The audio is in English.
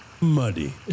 muddy